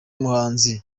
muhanzi